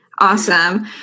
Awesome